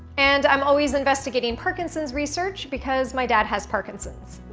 and i'm always investigating parkinson's research because my dad has parkinson's.